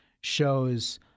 shows